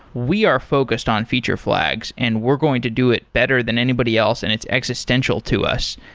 we are focused on feature flags and we're going to do it better than anybody else and it's existential to us.